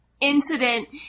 incident